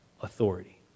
authority